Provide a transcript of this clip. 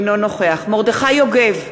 אינו נוכח מרדכי יוגב,